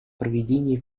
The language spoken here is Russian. проведение